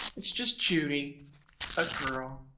it's just judy a girl.